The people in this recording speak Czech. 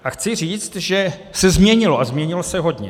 A chci říct, že se změnilo, a změnilo se hodně.